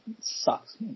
sucks